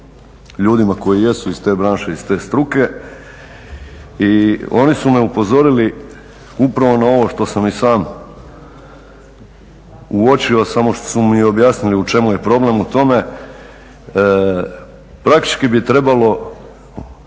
ljudima koji jesu iz te branše iz te struke i oni su me upozorili upravo na ovo što sam i sam uočio samo su mi objasnili u čemu je problem u tome. Praktički bi trebalo